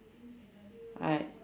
I